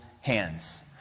hands